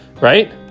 right